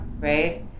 right